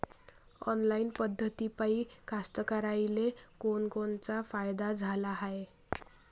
Online पद्धतीपायी कास्तकाराइले कोनकोनचा फायदा झाला हाये?